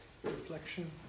Reflection